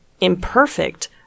imperfect